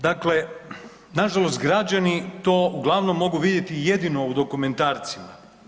Dakle, nažalost građani to uglavnom mogu vidjeti jedino u dokumentarcima.